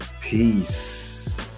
Peace